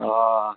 آ